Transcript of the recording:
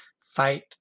fight